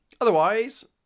otherwise